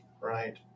Right